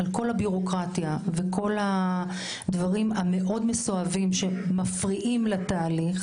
על כל הבירוקרטיה וכל הדברים המאוד מסואבים שמפריעים לתהליך,